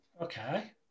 Okay